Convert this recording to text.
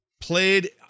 played